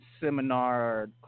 seminar